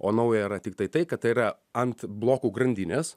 o naujo yra tiktai tai kad tai yra ant blokų grandinės